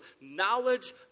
knowledge